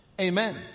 Amen